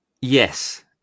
yes